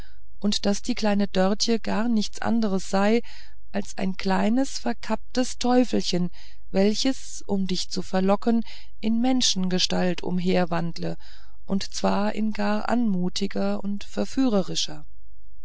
und daß die kleine dörtje gar nichts anders sei als ein kleines verkapptes teufelchen welches um dich zu verlocken in menschengestalt umherwandle und zwar in gar anmutiger und verführerischer